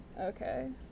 Okay